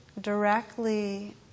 directly